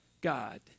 God